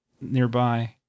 nearby